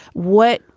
what?